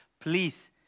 please